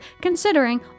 considering